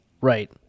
right